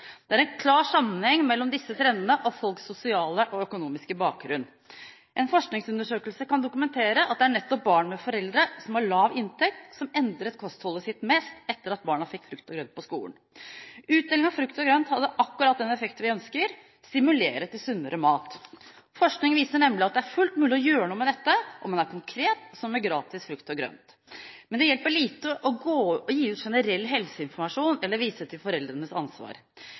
Det er en klar sammenheng mellom disse trendene og folks sosiale og økonomiske bakgrunn. En forskningsundersøkelse kan dokumentere at det er nettopp barn med foreldre som har lav inntekt, som endret kostholdet sitt mest etter at barna fikk frukt og grønt på skolen. Utdeling av frukt og grønt hadde akkurat den effekt vi ønsket: å stimulere til sunnere mat. Forskning viser nemlig at det er fullt mulig å gjøre noe med dette, om man er konkret, som med gratis frukt og grønt. Men det hjelper lite å gi ut generell helseinformasjon eller å vise til foreldrenes ansvar.